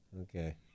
Okay